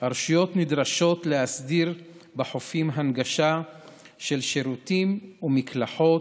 הרשויות נדרשות להסדיר בחופים הנגשה של שירותים ומקלחות,